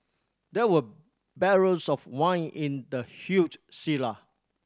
there were barrels of wine in the huge cellar